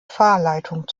fahrleitung